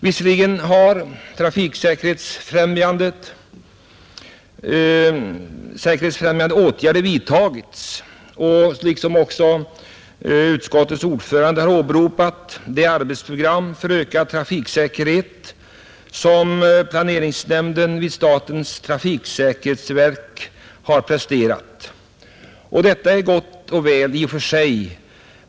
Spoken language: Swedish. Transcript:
Visserligen har trafiksäkerhetsfrämjande åtgärder vidtagits, och utskot tets ordförande har åberopat det arbetsprogram för ökad trafiksäkerhet som planeringsnämnden vid statens trafiksäkerhetsverk har presterat. Det är gott och väl i och för sig.